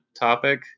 topic